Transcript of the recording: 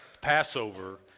Passover